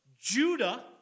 Judah